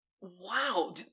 Wow